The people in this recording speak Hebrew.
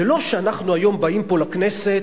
זה לא שאנחנו היום באים פה לכנסת